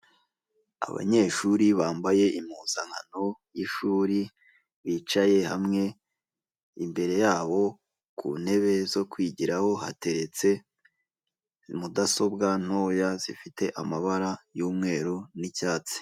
Abanyeshuri bambaye impuzankano y'ishuri bicaye hamwe imbere yabo ku ntebe zo kwigiraho hateretse mudasobwa ntoya zifite amabara yumweru n'icyatsi .